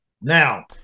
Now